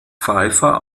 pfeiffer